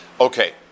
Okay